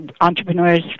Entrepreneurs